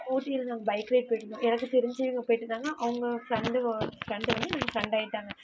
ஊட்டியில் நாங்கள் bike ride போய்கிட்ருந்தோம் எனக்கு தெரிஞ்சவங்க போய்கிட்ருந்தாங்க அவங்க ஃப்ரெண்டு ஃப்ரெண்டு வந்து ஃப்ரெண்டாகிட்டாங்க